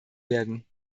werden